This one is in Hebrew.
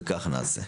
וכך נעשה.